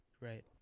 Right